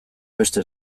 beste